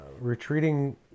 Retreating